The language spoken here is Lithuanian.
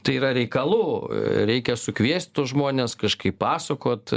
tai yra reikalų reikia sukviest tuos žmones kažkaip pasakot